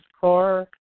car